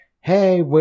Hey